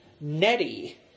Nettie